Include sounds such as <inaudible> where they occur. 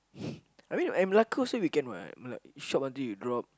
<breath> I mean at Malacca also we can [what] Mela~ shop until you drop